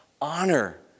Honor